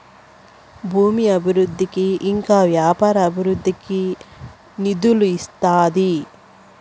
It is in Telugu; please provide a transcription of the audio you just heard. భూమి అభివృద్ధికి ఇంకా వ్యాపార అభివృద్ధికి నిధులు ఇస్తాది